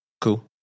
cool